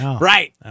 Right